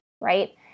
right